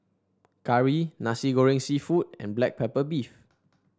curry Nasi Goreng seafood and Black Pepper Beef